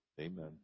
Amen